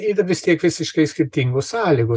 yra vis tiek visiškai skirtingos sąlygos